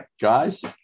guys